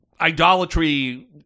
idolatry